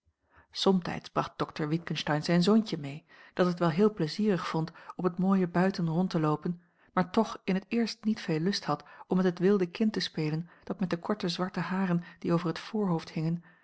bracht dokter witgensteyn zijn zoontje mee a l g bosboom-toussaint langs een omweg dat het wel heel pleizierig vond op het mooie buiten rond te loopen maar toch in t eerst niet veel lust had om met het wilde kind te spelen dat met de korte zwarte haren die over het voorhoofd hingen